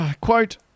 quote